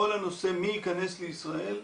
כל הנושא של מי יכנס לישראל,